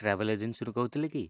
travel ଏଜେନ୍ସିରୁ କହୁଥିଲେ କି